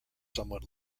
somewhat